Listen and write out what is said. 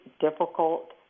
difficult